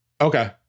Okay